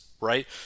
right